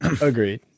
Agreed